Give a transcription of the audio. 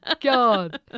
God